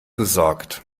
gesorgt